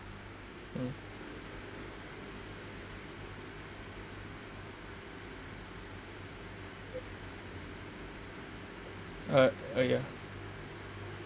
uh ah ah yeah